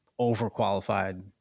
overqualified